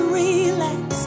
relax